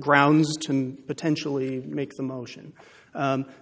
grounds to potentially make the motion